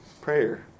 prayer